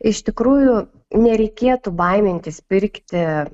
iš tikrųjų nereikėtų baimintis pirkti